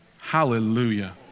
Hallelujah